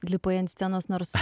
lipai ant scenos nors